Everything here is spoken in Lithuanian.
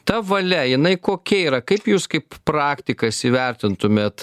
ta valia jinai kokia yra kaip jūs kaip praktikas įvertintumėt